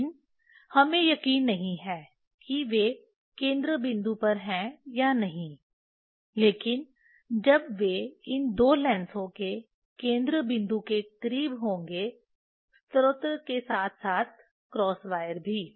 लेकिन हमें यकीन नहीं है कि वे केंद्र बिंदु पर हैं या नहीं लेकिन जब वे इन दो लेंसों के केंद्र बिंदु के करीब होंगे स्रोत के साथ साथ क्रॉस वायर भी